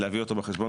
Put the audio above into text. להביא אותו בחשבון,